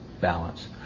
balance